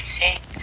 six